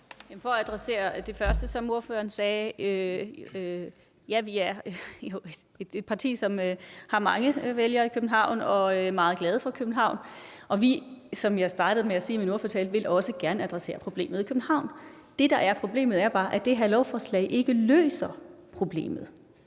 For at adressere det første, som ordføreren sagde, vil jeg sige, at ja, vi er et parti, som har mange vælgere i København og er meget glade for København, og som jeg startede med at sige i min ordførertale, vil vi også gerne adressere problemet i København. Det, der er problemet, er bare, at det her lovforslag ikke løser problemet